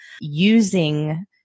using